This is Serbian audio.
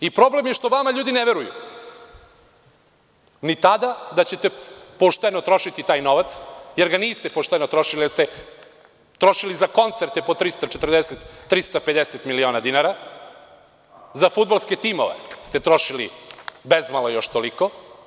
I, problem je što vama ljudi ne veruju, ni tada da ćete pošteno trošiti taj novac, jer ga niste pošteno trošili, jer ste trošili za koncerte po 340, 350 miliona dinara, za fudbalske timove ste trošili bezmalo još toliko.